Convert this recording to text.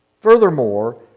Furthermore